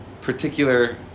particular